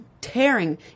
tearing